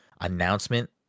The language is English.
announcement